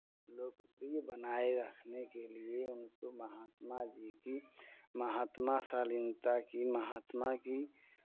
लोकप्रिय बनाए रखने के लिए उनको महात्मा जी की महात्मा शालीनता की महात्मा की